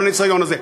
בניסיון הזה.